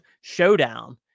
showdown